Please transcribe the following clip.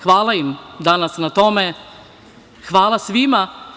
Hvala im danas na tome, hvala svima.